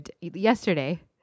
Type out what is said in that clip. yesterday